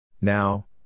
Now